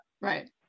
Right